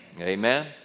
amen